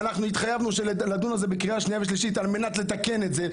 והתחייבנו לדון על זה בקריאה השנייה והשלישית על מנת לתקן את זה.